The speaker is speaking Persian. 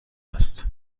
است